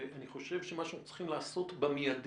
ואני חושב שמה שאנחנו צריכים לעשות במיידי,